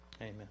Amen